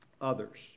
others